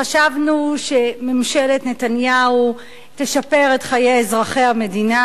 חשבנו שממשלת נתניהו תשפר את חיי אזרחי המדינה.